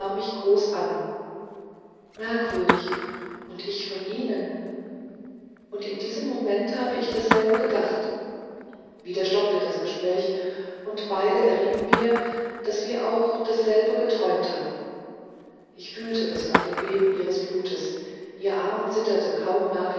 mich groß an merkwürdig und ich von ihnen und in diesem moment habe ich dasselbe gedacht wieder stockte das gespräch und beide errieten wir daß wir auch dasselbe geträumt hatten ich fühlte es an dem beben ihres blutes ihr arm zitterte kaum